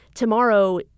Tomorrow